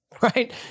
right